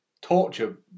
torture